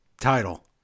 title